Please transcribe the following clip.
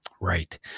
Right